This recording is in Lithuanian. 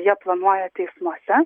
jie planuoja teismuose